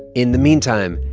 in the meantime,